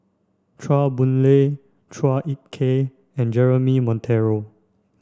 Chua Boon Lay Chua Ek Kay and Jeremy Monteiro